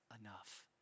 enough